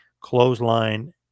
clothesline